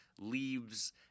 leaves